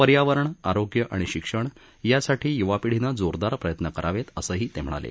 पर्यावरण आरोग्य आणि शिक्षण या साठी य्वा पिढीनं जोरदार प्रयत्न करावे असंही ते म्हणाले